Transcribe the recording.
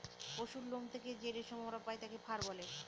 পশুরলোম থেকে যে রেশম আমরা পায় তাকে ফার বলে